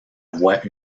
voie